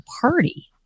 Party